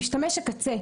למשתמש הקצה,